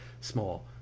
small